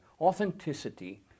authenticity